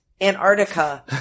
Antarctica